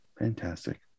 Fantastic